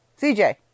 CJ